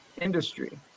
industry